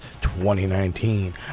2019